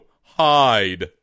hide